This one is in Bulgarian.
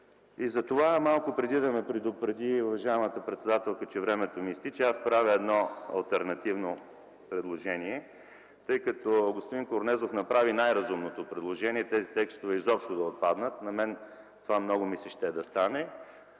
Затова малко преди да ме предупреди уважаемата председателка, че времето ми изтича, аз правя едно алтернативно предложение. Господин Корнезов направи най-разумното предложение – тези текстове изобщо да отпаднат, на мен това много ми се иска това